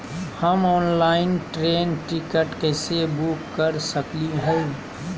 हम online train ticket कैसे book कर सकली हई?